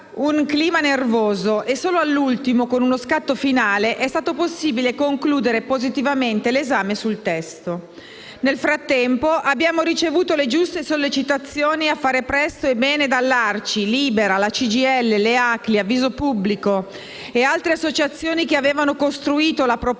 un clima nervoso tanto che solo all'ultimo, con uno scatto finale, è stato possibile concludere positivamente l'esame sul testo. Nel frattempo abbiamo ricevuto le giuste sollecitazioni a fare presto e bene da ARCI, Libera, CGIL, ACLI, Avviso Pubblico e da altre associazioni che hanno elaborato la proposta